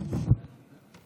אדוני היושב-ראש, חברי הכנסת,